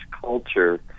culture